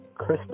Krista